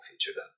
future